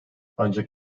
ancak